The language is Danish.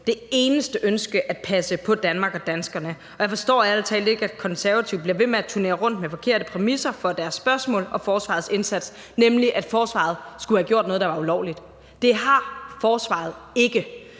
dét eneste ønske at passe på Danmark og danskerne. Og jeg forstår ærlig talt ikke, at Konservative bliver ved med at turnere rundt med forkerte præmisser for deres spørgsmål om forsvarets indsats, nemlig at forsvaret skulle have gjort noget, der var ulovligt. Det har forsvaret ikke.